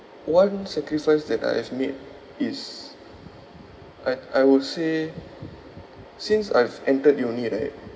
one sacrifice that I have made is I I would say since I've entered uni right